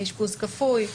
אשפוז כפוי,